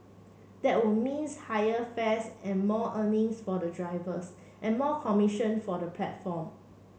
that would means higher fares and more earnings for the drivers and more commission for the platform